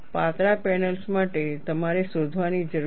પાતળા પેનલ્સ માટે તમારે શોધવાની જરૂર છે